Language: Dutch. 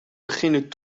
beginnen